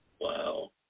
Wow